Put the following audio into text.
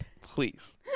please